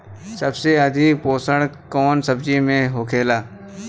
सबसे अधिक पोषण कवन सब्जी में होखेला?